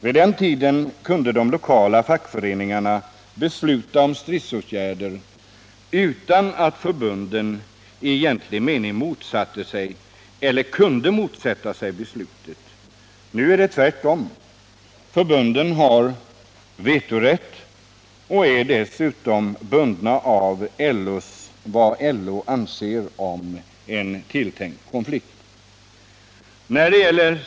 Vid den tiden kunde de lokala fackföreningarna besluta om stridsåtgärder utan att förbunden i egentlig mening motsatte sig — eller kunde motsätta sig — beslutet. Nu är det tvärtom. Förbunden har vetorätt och är dessutom bundna av vad LO anser om en tilltänkt konflikt.